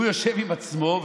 הוא יושב עם עצמו,